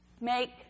make